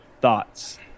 Thoughts